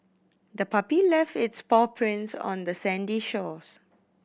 the puppy left its paw prints on the sandy shores